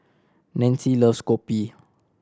Nancy loves kopi